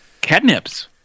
Catnips